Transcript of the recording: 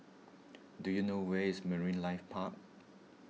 do you know where is Marine Life Park